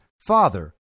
father